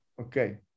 Okay